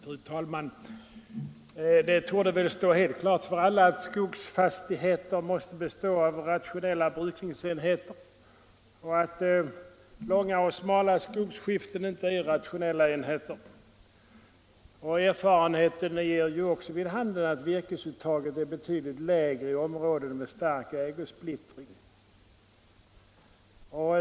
Fru talman! Det torde väl stå helt klart för alla att skogsfastigheter måste bestå av rationella brukningsenheter och att långa och smala skogs skiften inte är rationella enheter. Erfarenheten ger också vid handen att virkesuttaget är betydligt lägre i områden med stark ägosplittring.